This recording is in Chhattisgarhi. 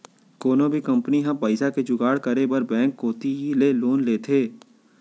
कोनो भी कंपनी ह पइसा के जुगाड़ करे बर बेंक कोती ले लोन लेथे